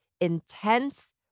intense